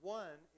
one